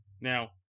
Now